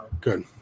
Good